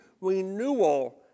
renewal